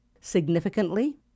significantly